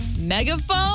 Megaphone